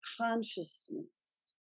consciousness